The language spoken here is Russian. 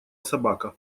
собака